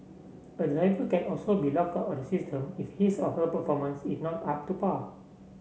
a driver can also be lock out system if his or her performance is not up to par